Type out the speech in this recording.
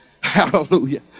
hallelujah